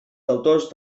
deutors